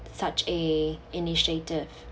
such a initiative